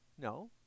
No